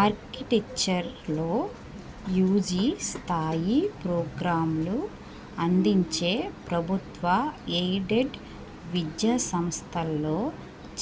ఆర్కిటెక్చర్లో యూజీ స్థాయి ప్రోగ్రాంలు అందించే ప్రభుత్వ ఎయిడెడ్ విద్యా సంస్థలో